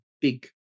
big